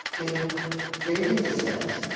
in gradient descent,